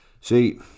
See